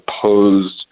opposed